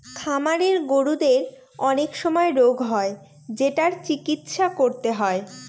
খামারের গরুদের অনেক সময় রোগ হয় যেটার চিকিৎসা করতে হয়